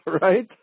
Right